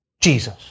Jesus